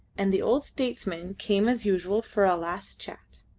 and the old statesman came as usual for a last chat.